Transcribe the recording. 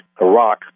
Iraq